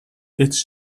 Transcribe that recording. its